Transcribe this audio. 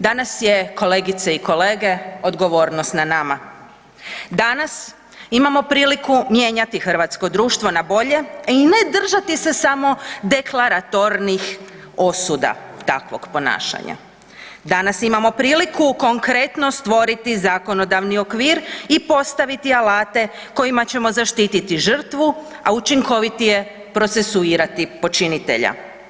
Danas je, kolegice i kolege, odgovornost na nama, danas imamo priliku mijenjati hrvatsko društvo na bolje, a i ne držati se samo deklaratornih osuda takvog ponašanja, danas imamo priliku konkretno stvoriti zakonodavni okvir i postaviti alate kojima ćemo zaštititi žrtvu, a učinkovitije procesuirati počinitelja.